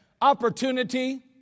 opportunity